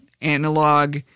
analog